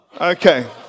okay